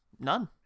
none